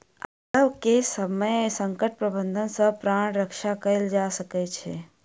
आपदा के समय संकट प्रबंधन सॅ प्राण रक्षा कयल जा सकै छै